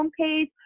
homepage